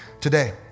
Today